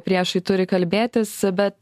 priešai turi kalbėtis bet